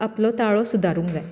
आपलो ताळो सुदारुंक जाय